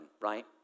right